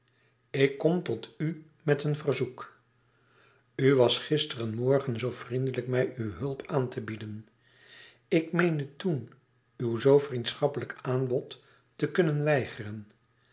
ik kom tot u met een verzoek u was gisteren morgen zoo vriendelijk mij uw hulp aan te bieden ik meende toen uw zoo vriendschappelijk aanbod te kunnen weigeren